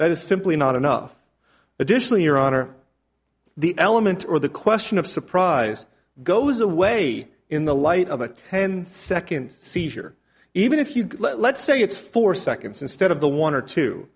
that is simply not enough additionally your honor the element or the question of surprise goes away in the light of a ten second seizure even if you let's say it's four seconds instead of the one or two